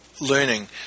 learning